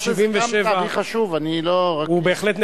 אני רק אמרתי ש-17 זה גם תאריך חשוב.